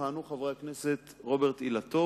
יכהנו חברי הכנסת רוברט אילטוב,